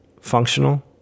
functional